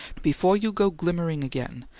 before you go glimmering again,